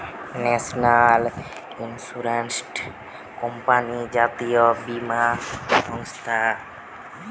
national insurance company জাতীয় বীমা সংস্থা